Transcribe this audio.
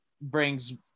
brings